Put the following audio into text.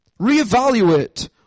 Reevaluate